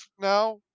now